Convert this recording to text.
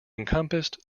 encompassed